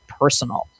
personal